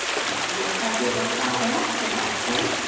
and it looks like it worked out well. so that's good.